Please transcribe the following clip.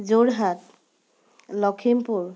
Jorhat Lakhimpur